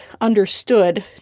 understood